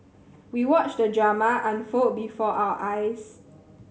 we watched the drama unfold before our eyes